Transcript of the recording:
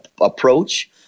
approach